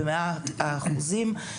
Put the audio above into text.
במאת האחוזים.